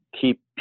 keep